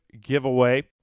giveaway